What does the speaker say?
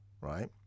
right